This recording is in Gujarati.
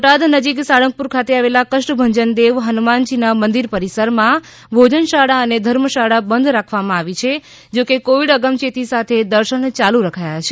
બોટાદ નજીક સાળંગપુર ખાતે આવેલા કષ્ઠભંજનદેવ હનુમાનજી મંદિર પરિસરમાં ભોજન શાળા અને ધર્મશાળા બંધ કરવામાં આવી છે કોવિડ અગમચેતી સાથે દર્શન ચાલુ રખાયા છે